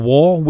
War